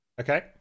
okay